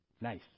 Nice